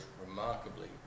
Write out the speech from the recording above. remarkably